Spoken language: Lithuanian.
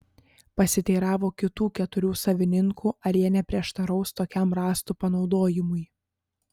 pasiteiravo kitų keturių savininkų ar jie neprieštaraus tokiam rąstų panaudojimui